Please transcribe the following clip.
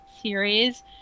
series